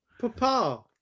Papa